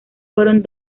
fueron